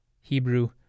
Hebrew